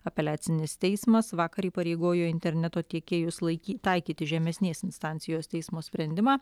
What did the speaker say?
apeliacinis teismas vakar įpareigojo interneto tiekėjus laiky taikyti žemesnės instancijos teismo sprendimą